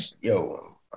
yo